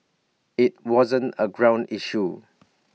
IT wasn't A ground issue